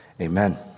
amen